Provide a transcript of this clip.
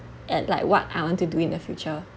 and like what I want to do in the future